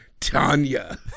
Tanya